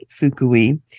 Fukui